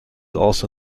also